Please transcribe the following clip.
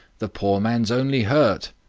the poor man's only hurt.